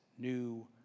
new